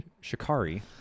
shikari